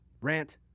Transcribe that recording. Rant